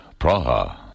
Praha